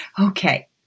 Okay